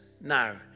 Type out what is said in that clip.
now